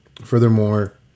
Furthermore